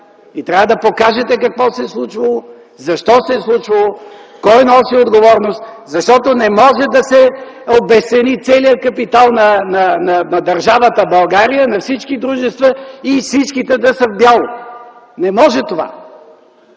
Трябва да покажете какво се е случвало, защо се е случвало, кой носи отговорност, защото не може да се обезцени целият капитал на държавата България, на всички дружества и всичките да са в бяло! Не може това!